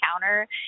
counter